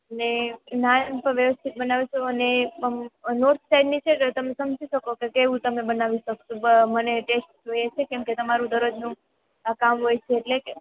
ને નાન તો વ્યવસ્થિત બનાવજો અને નોર્થ સાઇડની છે તો તમે સમજી શકો કે કેવું તમે બનાવી શકશો મને ટેસ્ટ જોઈએ છે કેમ કે તમારું દરરોજનું આ કામ હોય છે એટલે કે